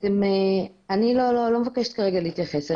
אני לא מבקשת כרגע להתייחס.